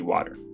Water